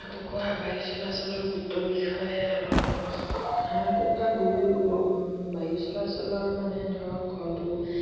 কুকুৰা বায়ু চলাচলৰ গুৰুত্ব বিষয়ে অলপ ক'ব হাঁহ কুকুৰা গুৰু বায়ু চলাচলৰ মানে ধৰক ঘৰটো